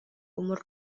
umur